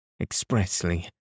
expressly